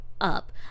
up